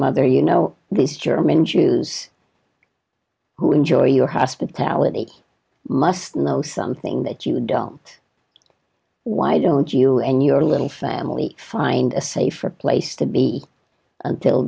mother you know these german jews who enjoy your hospitality must know something that you don't why don't you and your little family find a safer place to be until